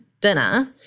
dinner